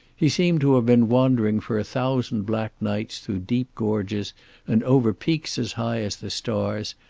he seemed to have been wandering for a thousand black nights through deep gorges and over peaks as high as the stars,